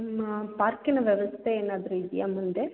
ನಿಮ್ಮ ಪಾರ್ಕಿನ ವ್ಯವಸ್ಥೆ ಏನಾದರೂ ಇದೆಯಾ ಮುಂದೆ